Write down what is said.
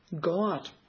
God